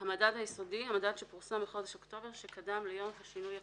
"המדד היסודי" המדד שפורסם בחודש אוקטובר שקדם ליום השינוי הקודם.